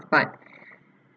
but